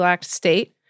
state